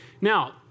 Now